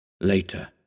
Later